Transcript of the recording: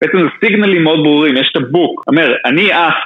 בעצם זה סיגנלים מאוד ברורים, יש את הבוק, אומר, אני אה...